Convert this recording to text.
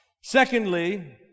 Secondly